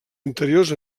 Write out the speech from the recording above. interiors